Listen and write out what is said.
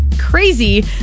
crazy